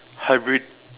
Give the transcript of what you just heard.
hybrid